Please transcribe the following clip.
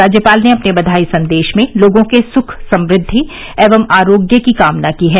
राज्यपाल ने अपने बधाई सन्देश में लोगों के सुख समृद्वि एवं आरोग्य की कामना की है